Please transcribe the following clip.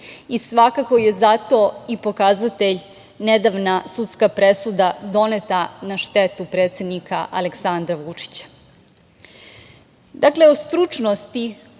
i svakako je zato pokazatelj nedavna sudska presuda, doneta na štetu predsednika Aleksandra Vučića. Dakle o stručnosti